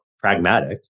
pragmatic